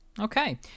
Okay